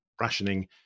rationing